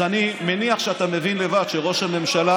אז אני מניח שאתה מבין לבד שראש הממשלה